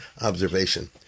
observation